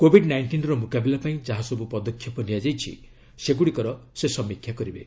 covid ନାଇଷ୍ଟିନ୍ର ମୁକାବିଲା ପାଇଁ ଯାହାସବୁ ପଦକ୍ଷେପ ନିଆଯାଇଛି ସେଗୁଡ଼ିକର ସେ ସମୀକ୍ଷା କରିବେ